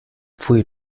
pfui